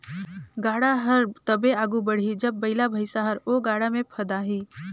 गाड़ा हर तबे आघु बढ़ही जब बइला भइसा हर ओ गाड़ा मे फदाही